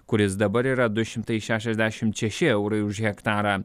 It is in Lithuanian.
kuris dabar yra du šimtai šešiasdešim šeši eurai už hektarą